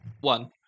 One